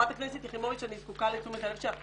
חברת הכנסת יחימוביץ אני זקוקה לתשומת הלב שלך